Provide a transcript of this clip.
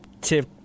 Tip